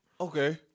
Okay